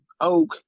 Oak